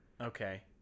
Okay